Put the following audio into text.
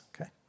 okay